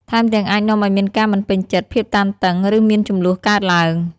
ថែមទាំងអាចនាំឱ្យមានការមិនពេញចិត្ត ភាពតានតឹង ឬមានជម្លោះកើតឡើង។